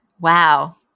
wow